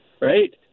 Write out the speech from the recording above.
Right